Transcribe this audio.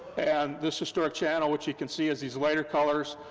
and this historic channel, which you can see is these lighter colors,